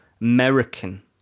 American